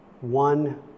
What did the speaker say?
one